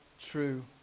true